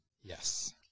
Yes